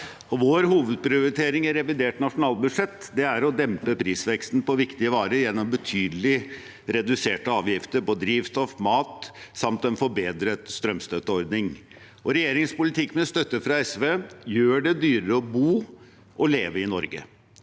16. jun. – Revidert nasjonalbudsjett 2023 2023 å dempe prisveksten på viktige varer gjennom betydelig reduserte avgifter på drivstoff og mat samt en forbedret strømstøtteordning. Regjeringens politikk, med støtte fra SV, gjør det dyrere å bo og leve i Norge.